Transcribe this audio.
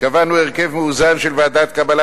קבענו הרכב מאוזן של ועדת קבלה,